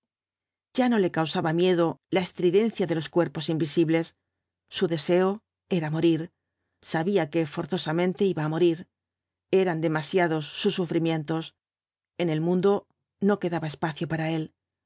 ya no le causaba miedo la estridencia de los cuerpos invisibles su deseo era morir sabía que forzosamente iba á morir eran demasiados sus sufrimientos en el mundo fio quedaba espacio para él